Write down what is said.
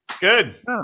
good